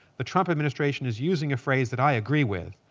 the trump administration is using a phrase that i agree with,